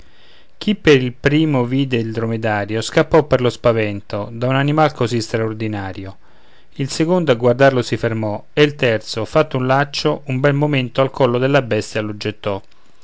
chi per il primo vide il dromedario scappò per lo spavento da un animal così straordinario il secondo a guardarlo si fermò e il terzo fatto un laccio un bel momento al collo della bestia